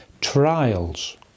trials